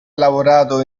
lavorato